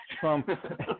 Trump